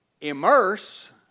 immerse